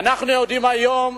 אנחנו יודעים שיש היום